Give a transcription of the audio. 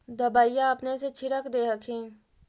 दबइया अपने से छीरक दे हखिन?